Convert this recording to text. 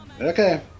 Okay